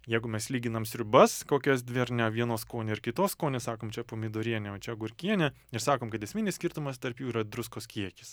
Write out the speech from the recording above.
jeigu mes lyginam sriubas kokias dvi ar ne vienos skonį ir kitos skonį sakom čia pomidorienė o čia agurkienė ir sakom kad esminis skirtumas tarp jų yra druskos kiekis